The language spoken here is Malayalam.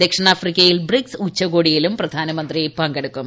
ദക്ഷിണാഫ്രിക്കയിൽ ബ്രിക്സ് ഉച്ചകോടിയിലും പ്രധാനമന്ത്രി പങ്കെടുക്കും